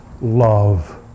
love